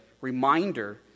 reminder